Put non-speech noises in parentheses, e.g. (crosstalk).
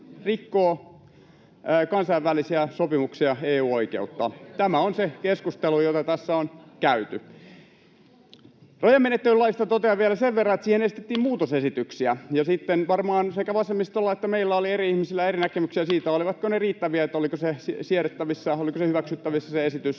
rikkoo kansainvälisiä sopimuksia ja EU-oikeutta. Tämä on se keskustelu, jota tässä on käyty. Rajamenettelylaista totean vielä sen verran, että siihen esitettiin muutosesityksiä (noise) ja sitten varmaan sekä vasemmistossa että meillä oli ihmisillä eri näkemyksiä siitä, (noise) olivatko ne riittäviä, oliko se esitys siedettävissä ja oliko se hyväksyttävissä sitten